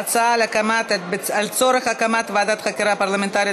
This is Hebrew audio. ההצעה בנושא הצורך בהקמת ועדת חקירה פרלמנטרית